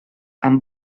amb